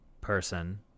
person